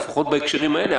לפחות בהקשרים האלה.